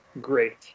great